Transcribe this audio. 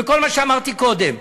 וכל מה שאמרתי קודם.